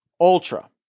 ultra